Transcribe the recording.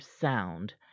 sound